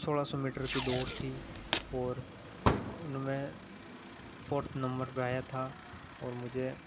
सोलह सौ मीटर की दौड़ थी और उनमें फ़ोर्थ नंबर पे आया था और मुझे